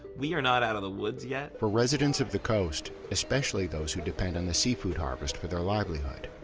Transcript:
we are not out of the woods yet. for residents of the coast, especially those who depend on the seafood harvest for their livelihood,